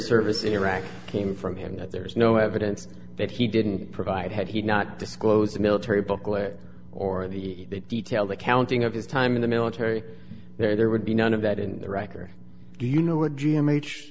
service in iraq came from him that there is no evidence that he didn't provide had he not disclosed military booklet or the detailed accounting of his time in the military there would be none of that in the reich or do you